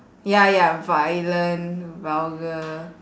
ya ya violent vulgar